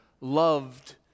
loved